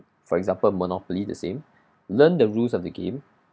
for example monopoly the same learn the rules of the game